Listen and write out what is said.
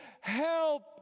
help